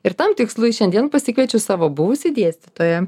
ir tam tikslui šiandien pasikviečiau savo buvusį dėstytoją